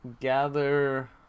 gather